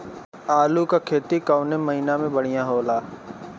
आलू क खेती कवने महीना में बढ़ियां होला?